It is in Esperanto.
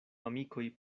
amikoj